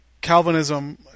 Calvinism